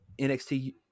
NXT